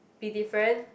be different